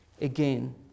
again